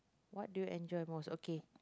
what do you enjoy most okay